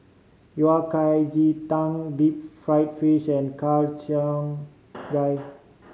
Yao Cai ji tang deep fried fish and Har Cheong Gai